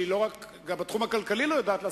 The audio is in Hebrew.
שלא רק בתחום הכלכלי היא לא יודעת,